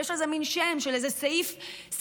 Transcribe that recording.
יש לזה מין שם של איזה סעיף משפטי.